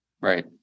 Right